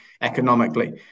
economically